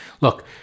Look